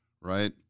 right